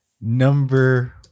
Number